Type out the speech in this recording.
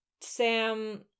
Sam